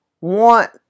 want